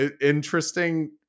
interesting